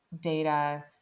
data